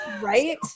Right